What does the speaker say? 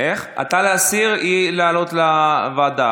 אתה מבקש להסיר, והיא, להעלות לוועדה.